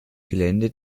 gelände